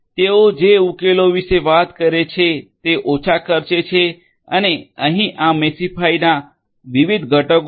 તેઓ જે ઉકેલો વિશે વાત કરે છે તે ઓછા ખર્ચે છે અને અહીં આ મેશિફાઇના વિવિધ ઘટકો છે